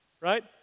right